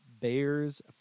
Bears